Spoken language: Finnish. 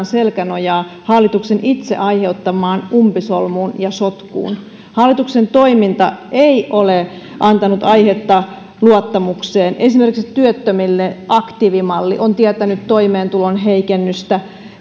selkänojaa hallituksen itse aiheuttamaan umpisolmuun ja sotkuun hallituksen toiminta ei ole antanut aihetta luottamukseen esimerkiksi työttömille aktiivimalli on tietänyt toimeentulon heikennystä